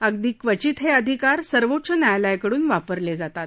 अगदी क्वचित हे अधिकार सर्वोच्च न्यायालयाकडून वापरले जातात